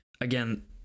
again